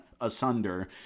asunder